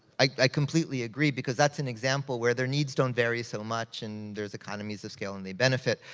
i completely agree because that's an example where their needs don't vary so much, and there's economies of scale, and they benefit.